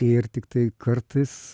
ir tiktai kartais